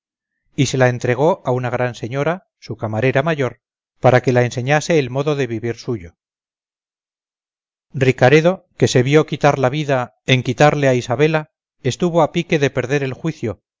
y se la entregó a una gran señora su camarera mayor para que la enseñase el modo de vivir suyo ricaredo que se vio quitar la vida en quitarle a isabela estuvo a pique de perder el juicio